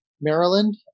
Maryland